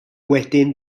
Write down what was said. wedyn